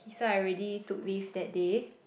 k so I already took leave that day